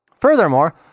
Furthermore